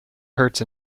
hurts